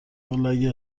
والا، اگه